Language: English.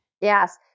Yes